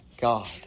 God